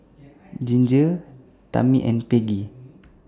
Ginger Tami and Peggie